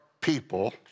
people